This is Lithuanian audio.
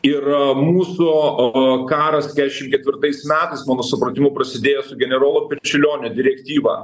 ir mūsų o karas kesšim ketvirtais metais mano supratimu prasidėjo su generolo pečiulionio direktyva